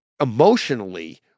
emotionally